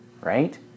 Right